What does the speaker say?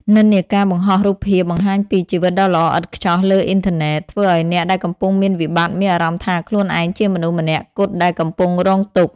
និន្នាការបង្ហោះរូបភាពបង្ហាញពី "ជីវិតដ៏ល្អឥតខ្ចោះ" លើអ៊ីនធឺណិត ធ្វើឱ្យអ្នកដែលកំពុងមានវិបត្តិមានអារម្មណ៍ថាខ្លួនឯងជាមនុស្សម្នាក់គត់ដែលកំពុងរងទុក្ខ។